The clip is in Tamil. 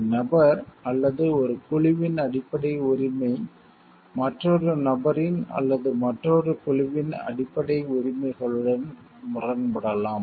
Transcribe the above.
ஒரு நபர் அல்லது ஒரு குழுவின் அடிப்படை உரிமை மற்றொரு நபரின் அல்லது மற்றொரு குழுவின் அடிப்படை உரிமைகளுடன் முரண்படலாம்